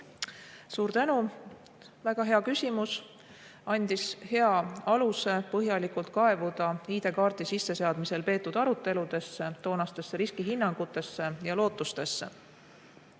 Suur tänu! Väga hea küsimus, andis hea aluse põhjalikult kaevuda ID-kaardi sisseseadmisel peetud aruteludesse, toonastesse riskihinnangutesse ja lootustesse.